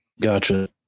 Gotcha